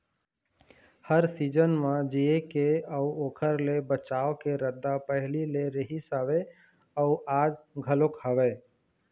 हर season म जीए के अउ ओखर ले बचाव के रद्दा पहिली ले रिहिस हवय अउ आज घलोक हवय